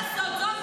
תלכו לבחירות.